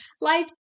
Life